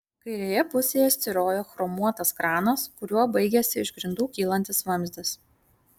kairėje pusėje styrojo chromuotas kranas kuriuo baigėsi iš grindų kylantis vamzdis